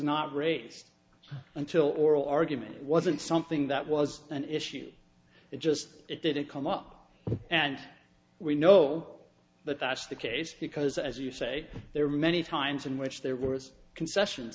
not raised until oral argument wasn't something that was an issue it just it didn't come up and we know that that's the case because as you say there are many times in which there was concessions